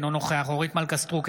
אינו נוכח אורית מלכה סטרוק,